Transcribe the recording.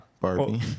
Barbie